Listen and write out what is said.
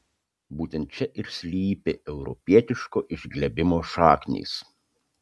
būtent čia ir slypi europietiško išglebimo šaknys